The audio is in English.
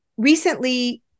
recently